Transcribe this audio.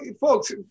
folks